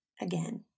again